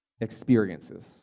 experiences